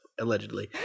allegedly